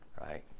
right